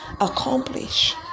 accomplish